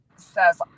says